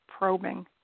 probing